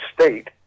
state